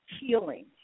healing